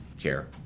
care